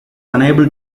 unable